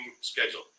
schedule